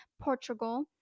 Portugal